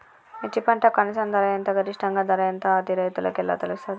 మిర్చి పంటకు కనీస ధర ఎంత గరిష్టంగా ధర ఎంత అది రైతులకు ఎలా తెలుస్తది?